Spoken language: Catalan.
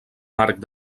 marc